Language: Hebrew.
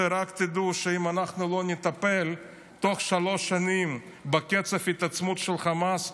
שרק תדעו שאם אנחנו לא נטפל תוך שלוש שנים בקצב ההתעצמות של חמאס,